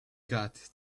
got